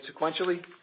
sequentially